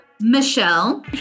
Michelle